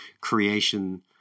creation